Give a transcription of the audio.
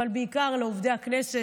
אבל בעיקר לעובדי הכנסת,